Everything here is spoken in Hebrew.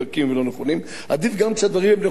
עדיף גם כשהדברים הם נכונים לא לומר אותם.